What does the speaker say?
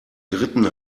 dritten